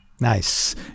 nice